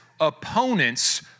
opponents